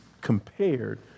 compared